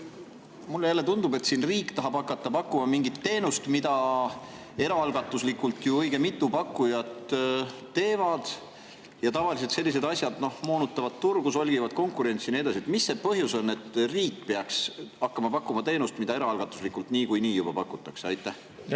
mulle jälle tundub, et riik tahab hakata pakkuma mingit teenust, mida eraalgatuslikult õige mitu pakkujat [osutab]. Tavaliselt sellised asjad moonutavad turgu, solgivad konkurentsi ja nii edasi. Mis see põhjus on, et riik peaks hakkama pakkuma teenust, mida eraalgatuslikult niikuinii juba pakutakse? Aitäh,